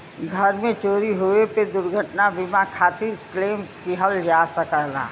घर में चोरी होये पे दुर्घटना बीमा खातिर क्लेम किहल जा सकला